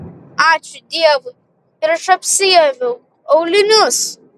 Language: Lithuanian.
ačiū dievui ir aš apsiaviau aulinius